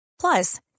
Plus